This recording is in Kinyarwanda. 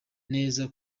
neza